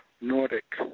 Nordic